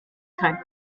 kein